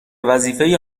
وظیفه